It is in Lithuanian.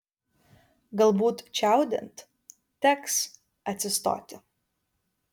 galbūt čiaudint teks atsistoti